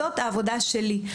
זאת העבודה שלי.